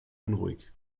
unruhig